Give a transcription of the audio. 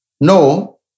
No